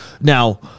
Now